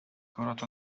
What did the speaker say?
كرة